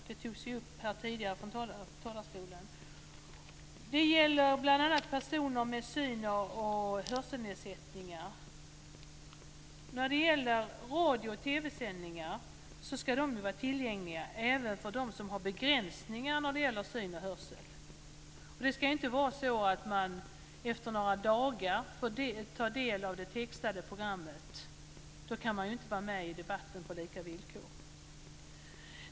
Det togs upp tidigare från talarstolen. Det gäller bl.a. Radio och TV-sändningar ska vara tillgängliga även för dem som har begränsningar när det gäller syn och hörsel. Det ska inte vara så att man efter några dagar får ta del av det textade programmet. Då kan man inte vara med i debatten på lika villkor.